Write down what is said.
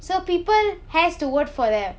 so people has vote for them